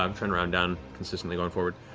i'm trying to round down consistently going forward.